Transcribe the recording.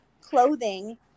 clothing